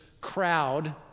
crowd